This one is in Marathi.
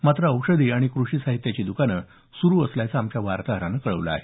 मात्र औषधी आणि कृषी साहित्याची दुकानं सुरू असल्याचं आमच्या वार्ताहरानं कळवलं आहे